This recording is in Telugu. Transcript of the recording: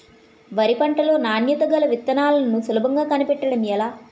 వరి పంట లో నాణ్యత గల విత్తనాలను సులభంగా కనిపెట్టడం ఎలా?